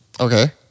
Okay